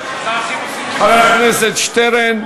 חבר הכנסת שטרן,